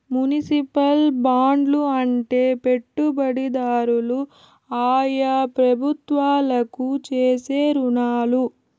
municipal బాండ్లు అంటే పెట్టుబడిదారులు ఆయా ప్రభుత్వాలకు చేసే రుణాలు